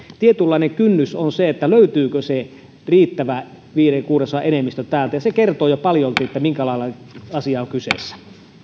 tietynlainen kynnys on se löytyykö se riittävä viiden kuudesosan enemmistö täältä ja se kertoo jo paljolti minkälainen asia on kyseessä